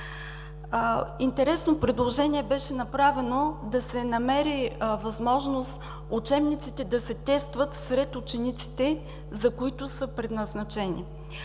интересно предложение – да се намери възможност учебниците да се тестват сред учениците, за които са предназначени.